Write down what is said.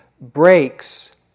breaks